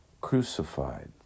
crucified